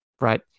right